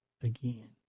again